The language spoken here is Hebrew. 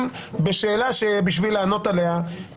באמצעות שאלה שצריך דוקטורט בשביל לענות עליה.